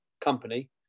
company